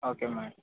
okay madam